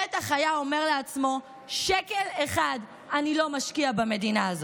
בטח היה אומר לעצמו: שקל אחד אני לא משקיע במדינה הזאת.